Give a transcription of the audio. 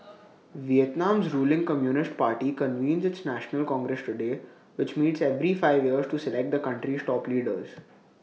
Vietnam's ruling communist party convenes its national congress today which meets every five years to select the country's top leaders